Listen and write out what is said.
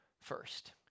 first